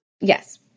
Yes